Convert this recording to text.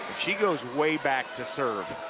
she goes way back to serve.